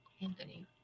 Anthony